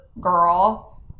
girl